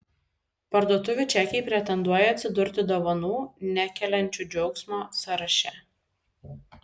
parduotuvių čekiai pretenduoja atsidurti dovanų nekeliančių džiaugsmo sąraše